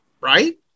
Right